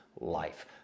life